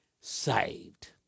saved